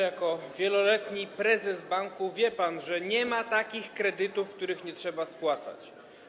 Jako wieloletni prezes banku wie pan, że nie ma takich kredytów, których nie trzeba spłacać.